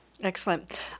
Excellent